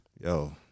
Yo